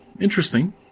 interesting